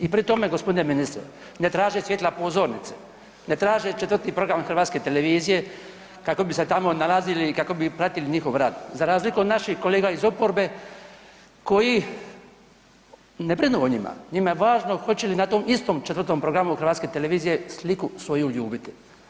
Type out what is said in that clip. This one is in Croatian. I pri tome gospodine ministre ne traže svjetla pozornice, ne traže 4 program hrvatske televizije kako bi se tamo nalazili i kako bi pratili njihov rad, za razliku od naših kolega iz oporbe koji ne brinu o njima, njima je važno hoće li na tom istom 4 programu hrvatske televizije sliku svoju ljubiti.